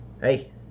Hey